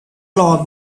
log